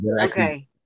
Okay